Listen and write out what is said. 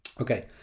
Okay